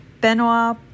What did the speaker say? Benoit